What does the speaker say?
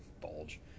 bulge